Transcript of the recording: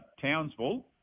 Townsville